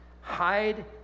Hide